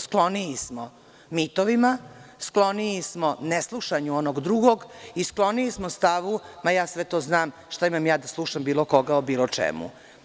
Skloniji smo mitovima, skloniji smo ne slušanju onog drugog i skloniji smo stavu – sve to znam, šta imam da slušam bilo koga drugog o bilo čemu.